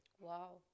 Wow